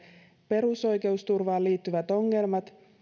perusoikeusturvaan liittyvät ongelmat